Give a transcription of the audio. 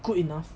good enough